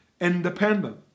independent